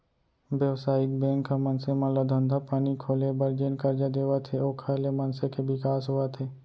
बेवसायिक बेंक ह मनसे मन ल धंधा पानी खोले बर जेन करजा देवत हे ओखर ले मनसे के बिकास होवत हे